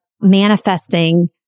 manifesting